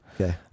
okay